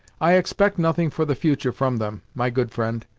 i expect nothing for the future from them, my good friend,